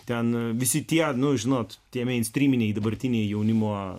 ten visi tie nu žinot tie meinstryminiai dabartiniai jaunimo